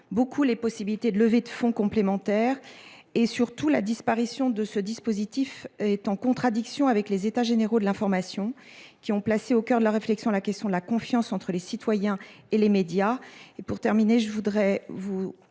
beaucoup les possibilités de levées de fonds complémentaires. Plus encore, la disparition de ce dispositif serait en contradiction avec les états généraux de l’information, qui ont placé au cœur de leur réflexion la question de la confiance entre les citoyens et les médias. La presse va mal